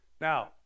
now